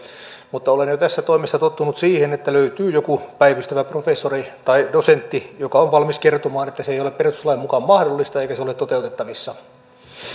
mutta olen jo tässä toimessa tottunut siihen että löytyy joku päivystävä professori tai dosentti joka on valmis kertomaan että se ei ole perustuslain mukaan mahdollista eikä se ole toteutettavissa